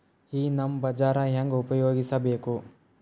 ಈ ನಮ್ ಬಜಾರ ಹೆಂಗ ಉಪಯೋಗಿಸಬೇಕು?